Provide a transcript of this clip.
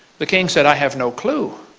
the king said, i have no clue.